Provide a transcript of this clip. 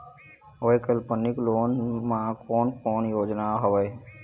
वैकल्पिक लोन मा कोन कोन योजना हवए?